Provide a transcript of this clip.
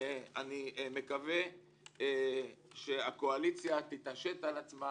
אני מקווה שהקואליציה תתעשת על עצמה